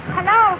Hello